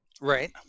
Right